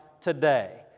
today